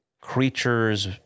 creatures